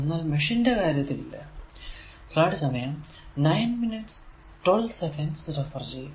എന്നാൽ മെഷിൻറെ കാര്യത്തിൽ അതില്ല